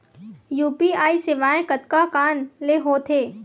UPI सेवाएं कतका कान ले हो थे?